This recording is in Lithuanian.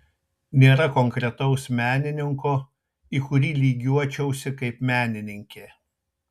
nėra konkretaus menininko į kurį lygiuočiausi kaip menininkė